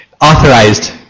authorized